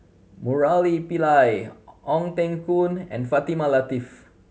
Murali Pillai Ong Teng Koon and Fatimah Lateef